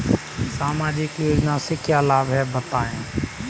सामाजिक योजना से क्या क्या लाभ हैं बताएँ?